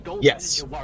Yes